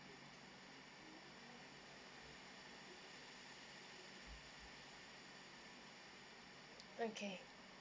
okay